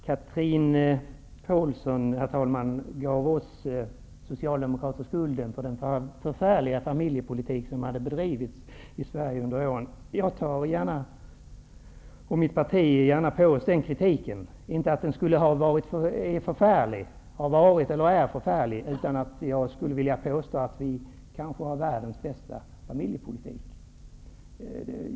Herr talman! Chatrine Pålsson gav oss socialdemokrater skulden för den förfärliga familjepolitik som bedrivits i Sverige under åren. Jag och mitt parti tar gärna på oss den kritiken, inte så att familjepolitiken skulle ha varit eller är förfärlig, utan jag skulle vilja påstå att vi i Sverige har världens bästa familjepolitik.